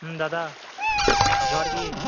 ᱦᱩᱸ ᱫᱟᱫᱟ ᱡᱚᱦᱟᱨ ᱜᱤ